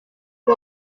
fue